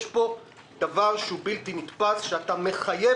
יש פה דבר שהוא בלתי נתפס שאתה מחייב